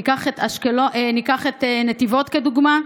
ניקח את נתיבות, לדוגמה.